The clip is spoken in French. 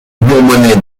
bourbonnais